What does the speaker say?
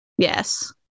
Yes